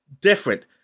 different